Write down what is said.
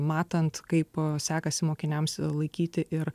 matant kaip sekasi mokiniams laikyti ir